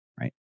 right